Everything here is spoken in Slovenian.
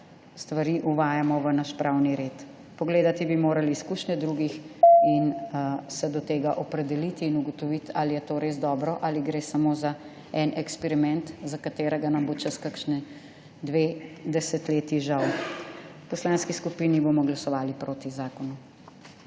stvari uvajamo v naš pravni red. Pogledati bi morali izkušnje drugih, se do tega opredeliti in ugotoviti, ali je to res dobro ali gre samo za en eksperiment, za katerega nam bo čez kakšni dve desetletji žal. V poslanski skupini bomo glasovali proti zakonu.